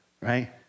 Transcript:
right